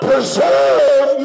Preserve